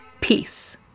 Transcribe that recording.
Peace